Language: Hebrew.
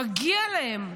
מגיע להם,